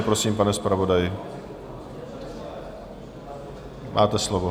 Prosím, pane zpravodaji, máte slovo.